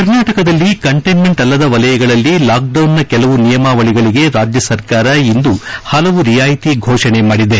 ಕರ್ನಾಟಕದಲ್ಲಿ ಕಂಟ್ಲೆನ್ನೆಂಟ್ ಅಲ್ಲದ ವಲಯಗಳಲ್ಲಿ ಲಾಕ್ಡೌನ್ನ ಕೆಲವು ನಿಯಮಾವಳಿಗಳಿಗೆ ರಾಜ್ಯ ಸರ್ಕಾರ ಇಂದು ಹಲವು ರಿಯಾಯಿತಿ ಘೋಷಣೆ ಮಾಡಿದೆ